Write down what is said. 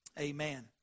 amen